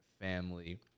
family